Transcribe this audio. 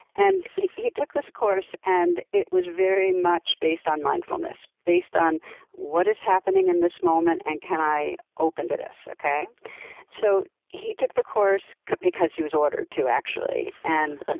and he he took this course and it was very much based on mindfulness, based on what is happening in this moment and can i open to this? so he took the course because he was ordered to, actually, and ah